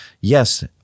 yes